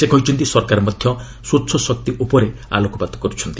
ସେ କହିଛନ୍ତି ସରକାର ମଧ୍ୟ ସ୍ୱଚ୍ଛ ଶକ୍ତି ଉପରେ ଆଲୋକପାତ କରୁଛନ୍ତି